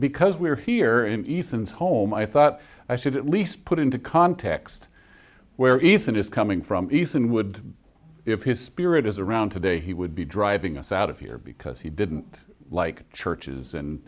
because we're here in ethan's home i thought i said at least put into context where if it is coming from ethan would if his spirit is around today he would be driving us out of here because he didn't like churches and